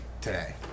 today